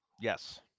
Yes